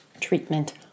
treatment